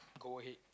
go ahead